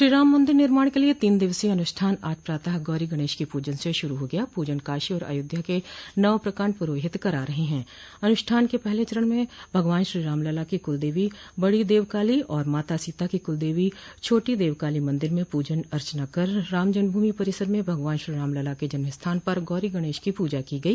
श्रीराम मंदिर निर्माण के लिए तीन दिवसीय अनुष्ठान आज प्रातः गौरी गणेश के पूजन से शुरू हो गया पूजन काशी और अयोध्या के नव प्रकांड पुरोहित करा रहे हैं अनुष्ठान के पहले चरण में भगवान श्री राम लला के कुल देवी बड़ी देवकाली व माता सीता की कुलदेवी छोटी देवकाली मंदिर में पूजन अर्चन कर राम जन्मभूमि परिसर में भगवान श्री रामलला के जन्म स्थान पर गौरी गणेश की पूजा की गई